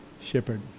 shepherd